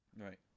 Right